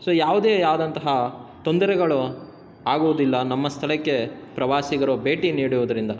so ಯಾವುದೇ ಆದಂತಹ ತೊಂದರೆಗಳು ಆಗುವುದಿಲ್ಲ ನಮ್ಮ ಸ್ಥಳಕ್ಕೆ ಪ್ರವಾಸಿಗರು ಭೇಟಿ ನೀಡುವುದರಿಂದ